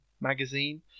magazine